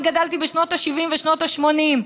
אני גדלתי בשנות ה-70 ושנות ה-80.